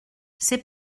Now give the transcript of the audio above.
ses